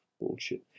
bullshit